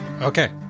Okay